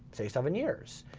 say, seven years,